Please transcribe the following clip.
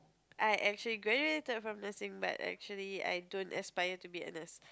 I actually graduated from nursing but actually I don't aspire to be a nurse